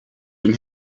dem